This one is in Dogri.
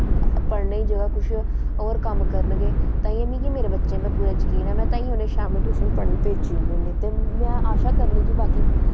पढ़ने दी जगह् कुछ होर कम्म करन गे ताहियें मिगी मेरे बच्चें पर पूरा जकीन ऐ में ताहियें उ'नें गी शामीं ट्यूशन पढ़न भेजी ओड़नी होनी ते में आशा करनी कि बाकी